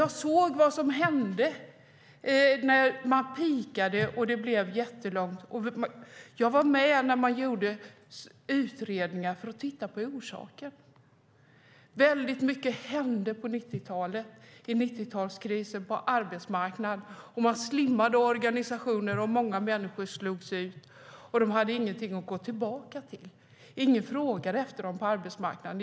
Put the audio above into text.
Jag såg vad som hände när man peakade, och jag var med när man gjorde utredningar för att titta på orsaken. Väldigt mycket hände på arbetsmarknaden under 90-talskrisen. Man slimmade organisationer, och många människor slogs ut. De hade inget att gå tillbaka till. Ingen frågade efter dem på arbetsmarknaden.